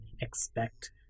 expect